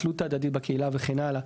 התלות ההדדית בקהילה וכן הלאה.